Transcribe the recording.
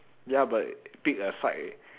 ya but pick a side eh